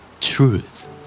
Truth